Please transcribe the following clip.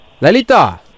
Lalita